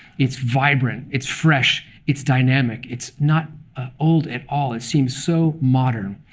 it's vibrant. it's fresh. it's dynamic. it's not ah old at all. it seems so modern.